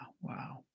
Wow